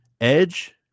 edge